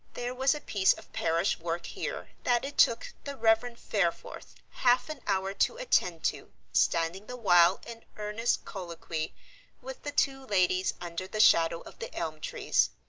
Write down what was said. there was a piece of parish work here that it took the reverend fareforth half an hour to attend to standing the while in earnest colloquy with the two ladies under the shadow of the elm trees.